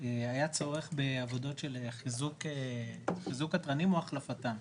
היה צורך בעבודות של חיזוק התרנים או החלפתם.